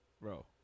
Bro